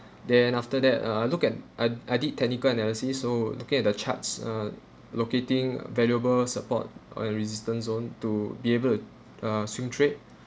then after that uh I look at I'd I did technical analysis so looking at the charts uh locating valuable support on a resistance zone to be able uh swing trade